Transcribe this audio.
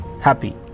happy